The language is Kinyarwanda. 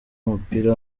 w’umupira